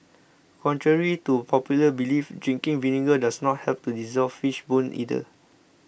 contrary to popular belief drinking vinegar does not help to dissolve fish bones either